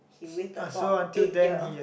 he waited for eight year